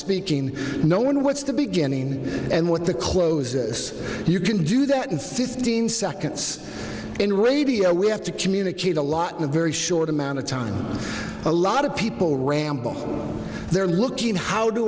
speaking no one what's the beginning and what the closes you can do that in fifteen seconds in radio we have to communicate a lot in a very short amount of time a lot of people ramble there looking how